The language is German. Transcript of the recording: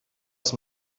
ist